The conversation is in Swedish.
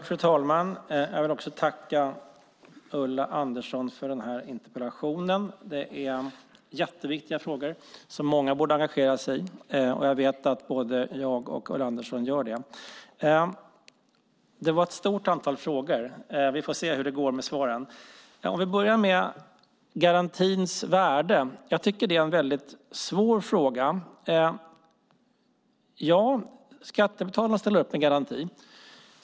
Fru talman! Jag vill tacka Ulla Andersson för den här interpellationen. Det är jätteviktiga frågor som många borde engagera sig i. Jag vet att både Ulla Andersson och jag gör det. Det var ett stort antal frågor; vi får se hur det går med svaren. Låt oss börja med garantins värde. Jag tycker att det är en väldigt svår fråga. Skattebetalarna ställer upp med garanti.